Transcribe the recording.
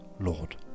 Lord